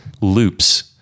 loops